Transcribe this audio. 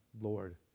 Lord